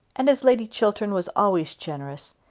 and as lady chiltern was always generous,